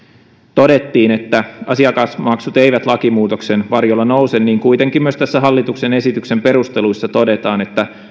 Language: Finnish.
todettiin että asiakasmaksut eivät lakimuutoksen varjolla nouse niin kuitenkin myös hallituksen esityksen perusteluissa todetaan että